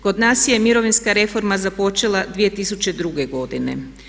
Kod nas je mirovinska reforma započela 2002. godine.